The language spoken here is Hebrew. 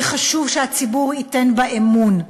וחשוב שהציבור ייתן בה אמון.